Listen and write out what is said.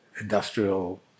industrial